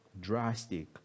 drastic